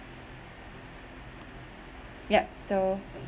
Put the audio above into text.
yup so